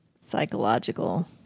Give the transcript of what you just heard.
psychological